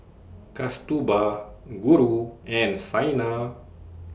Kasturba Guru and Saina